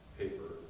paper